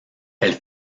elle